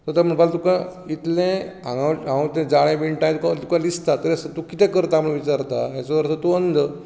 तर तो म्हणपाक लागलो तुकां इतलें हांगा हांव तें जाळें विणतां तें तुकां दिसता तरीय तूं कितें करतां म्हणून विचारता हाचो अर्थ तूं अंध